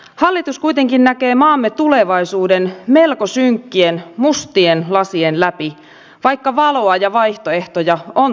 hallitus kuitenkin näkee maamme tulevaisuuden melko synkkien mustien lasien läpi vaikka valoa ja vaihtoehtoja on tarjottu